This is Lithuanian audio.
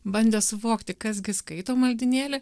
bandę suvokti kas gi skaito maldynėlį